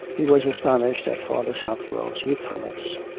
he was astonished at father southwell's youthfulness.